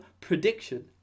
prediction